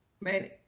Man